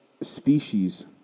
species